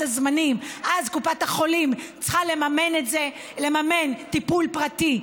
הזמנים אז קופת החולים צריכה לממן טיפול פרטי,